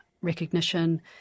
recognition